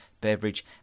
beverage